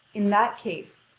in that case,